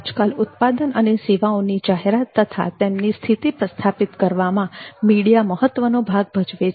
આજકાલ ઉત્પાદન અને સેવાઓની જાહેરાત તથા તેમની સ્થિતિ પ્રસ્થાપિત કરવામાં મીડિયા મહત્વનો ભાગ ભજવે છે